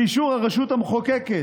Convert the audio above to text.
באישור הרשות המחוקקת,